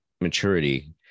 maturity